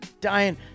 dying